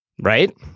Right